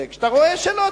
כשאתה רואה שלא,